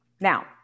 Now